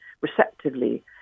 receptively